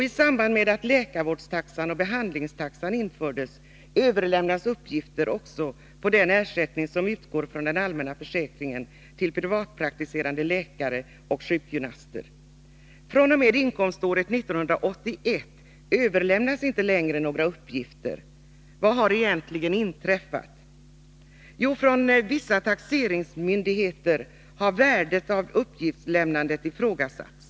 I samband med att läkarvårdstaxan och behandlingstaxan infördes överlämnades uppgifter också på den ersättning som utgår från den allmänna försäkringen till privatpraktiserande läkare och sjukgymnaster. fr.o.m. inkomståret 1981 överlämnas inte längre några uppgifter. Vad har egentligen inträffat? Från vissa taxeringsmyndigheters sida har värdet av uppgiftslämnandet ifrågasatts.